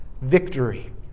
victory